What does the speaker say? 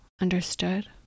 understood